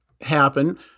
happen